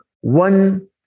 one